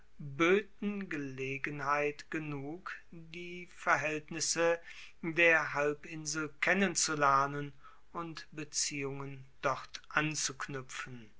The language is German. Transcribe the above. boeten gelegenheit genug die verhaeltnisse der halbinsel kennenzulernen und beziehungen dort anzuknuepfen